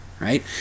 right